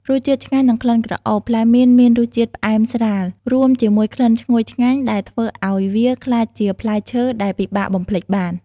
រសជាតិឆ្ងាញ់ និងក្លិនក្រអូប ផ្លែមៀនមានរសជាតិផ្អែមស្រាល រួមជាមួយក្លិនឈ្ងុយឆ្ងាញ់ដែលធ្វើឱ្យវាក្លាយជាផ្លែឈើដែលពិបាកបំភ្លេចបាន។